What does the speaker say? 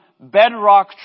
bedrock